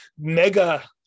mega